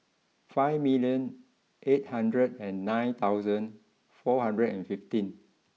five million eight hundred and nine thousand four hundred and fifteen